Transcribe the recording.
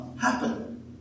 happen